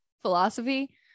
philosophy